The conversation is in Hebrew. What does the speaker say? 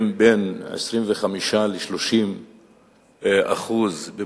בין 25% ל-30% מהם,